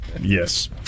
Yes